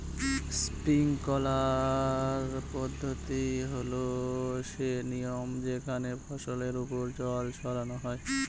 sprinkler পদ্ধতি হল সে নিয়ম যেখানে ফসলের ওপর জল ছড়ানো হয়